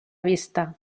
vista